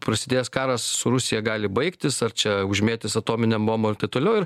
prasidėjęs karas su rusija gali baigtis ar čia užmėtys atominėm bombom ir taip toliau ir